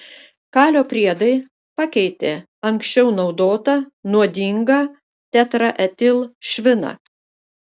kalio priedai pakeitė anksčiau naudotą nuodingą tetraetilšviną